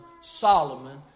Solomon